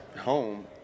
Home